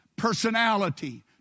personality